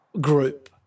group